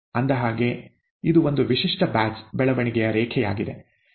ಅಂದಹಾಗೆ ಇದು ಒಂದು ವಿಶಿಷ್ಟ ಬ್ಯಾಚ್ ಬೆಳವಣಿಗೆಯ ರೇಖೆಯಾಗಿದೆ